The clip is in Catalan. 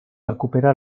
recupera